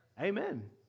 Amen